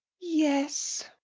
yes.